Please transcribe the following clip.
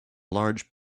large